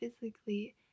physically